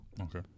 Okay